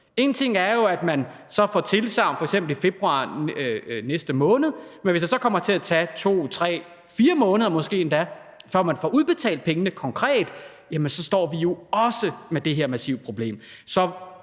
Én ting er, at man får tilsagn f.eks. i februar, altså næste måned, men hvis det så kommer til at tage 2, 3 eller måske endda 4 måneder, før man konkret får udbetalt pengene, jamen så står vi jo også med det her massive problem.